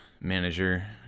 manager